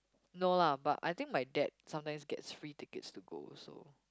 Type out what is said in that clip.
no lah but I think my dad sometimes get free ticket to go also